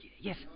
Yes